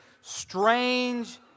strange